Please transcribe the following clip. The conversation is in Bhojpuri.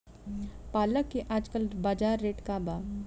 पालक के आजकल बजार रेट का बा?